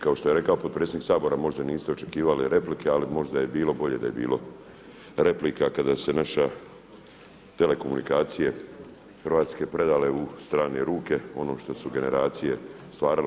Kao što je rekao potpredsjednik Sabora možda niste očekivali replike, ali možda je bilo bolje da je bilo replika kada se naše telekomunikacije hrvatske predale u strane ruke ono što su generacije stvarale.